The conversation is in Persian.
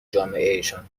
جامعهشان